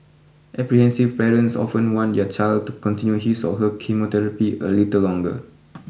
apprehensive parents often want their child continue his or her chemotherapy a little longer